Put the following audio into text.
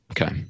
Okay